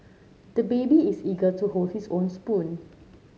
the baby is eager to hold his own spoon